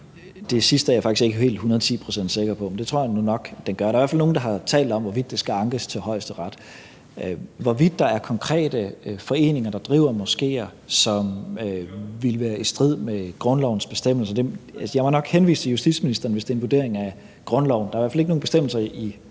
helt hundredeti procent sikker på, men det tror jeg nu nok den gør – der er i hvert fald nogle, der har talt om, hvorvidt den skal ankes til Højesteret. I forhold til hvorvidt der er konkrete foreninger, der driver moskéer, som ville være i strid med grundlovens bestemmelser, må jeg nok henvise til justitsministeren, hvis det er en vurdering i forhold til grundloven. Der er i hvert fald ikke nogen bestemmelser i